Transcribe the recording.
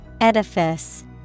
Edifice